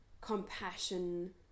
compassion